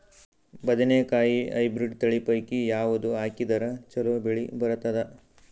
ಬದನೆಕಾಯಿ ಹೈಬ್ರಿಡ್ ತಳಿ ಪೈಕಿ ಯಾವದು ಹಾಕಿದರ ಚಲೋ ಬೆಳಿ ಬರತದ?